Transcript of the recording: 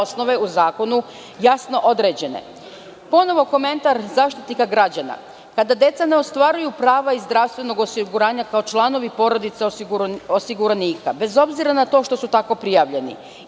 osnove u zakonu jasno određene. Ponovo komentar Zaštitnika građana, pa da deca ne ostvaruju prava iz zdravstvenog osiguranja kao članovi porodice osiguranika, bez obzira na to što su tako prijavljeni.